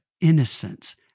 innocence